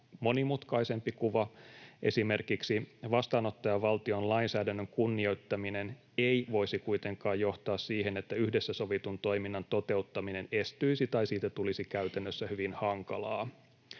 monimutkaisempi kuva. Esimerkiksi vastaanottajavaltion lainsäädännön kunnioittaminen ei voisi kuitenkaan johtaa siihen, että yhdessä sovitun toiminnan toteuttaminen estyisi tai siitä tulisi käytännössä hyvin hankalaa.